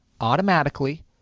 automatically